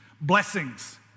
blessings